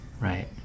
Right